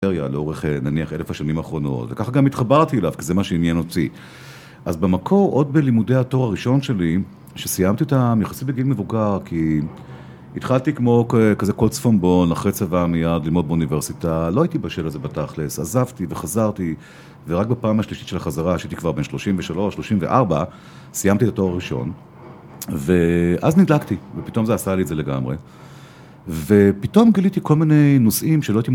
לאורך, נניח, אלף השנים האחרונות, וככה גם התחברתי אליו, כי זה מה שעניין אותי. אז במקור, עוד בלימודי התואר הראשון שלי, שסיימתי אותם יחסי בגיל מבוגר, כי התחלתי כמו כזה כל צפונבון, אחרי צבא מייד, ללמוד באוניברסיטה, לא הייתי בשל לזה בתכל'ס, עזבתי וחזרתי, ורק בפעם השלישית של החזרה, כשהייתי כבר בן 33-34, סיימתי את התואר הראשון, ואז נדלקתי, ופתאום זה עשה לי את זה לגמרי, ופתאום גיליתי כל מיני נושאים שלא הייתי מ..